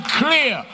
clear